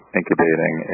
incubating